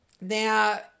Now